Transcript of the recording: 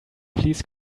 please